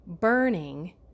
burning